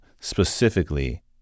specifically